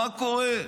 מה קורה?